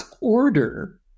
order